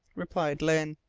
replied lyne.